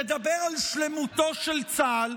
תדבר על שלמותו של צה"ל,